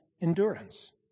endurance